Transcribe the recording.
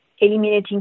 eliminating